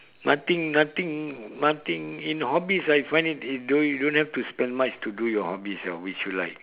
nothing nothing nothing in hobbies right I find it you don't you don't have to spend much to do your hobbies know which you like